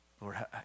Lord